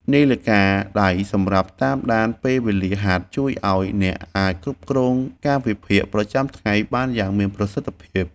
នាឡិកាដៃសម្រាប់តាមដានពេលវេលាហាត់ ជួយឱ្យអ្នកអាចគ្រប់គ្រងកាលវិភាគប្រចាំថ្ងៃបានយ៉ាងមានប្រសិទ្ធភាព។